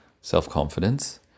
self-confidence